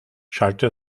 schallte